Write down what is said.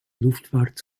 luftfahrt